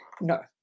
No